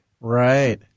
right